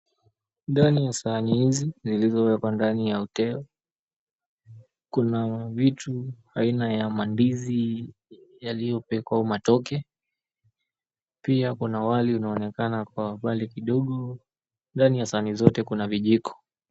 Ndani ya sahani hizi zilizowekwa ndani ya hoteli , kuna vitu aina ya mandizi yaliyopikwa matoke pia kuna wali unaonekana Kwa mbali kidogo. Ndani ya sahani zote Kuna vijiko.